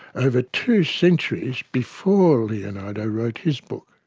over two centuries before leonardo wrote his book.